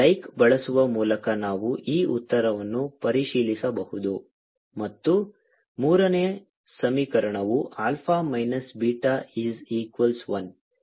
like ಬಳಸುವ ಮೂಲಕ ನಾವು ಈ ಉತ್ತರಗಳನ್ನು ಪರಿಶೀಲಿಸಬಹುದು ನಮ್ಮ ಮೂರನೇ ಸಮೀಕರಣವು alpha minus beta is equals 1